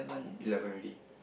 eleven already